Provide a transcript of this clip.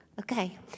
Okay